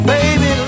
Baby